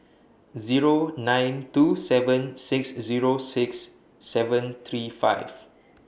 Zero nine two seven six Zero six seven three five